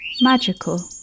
magical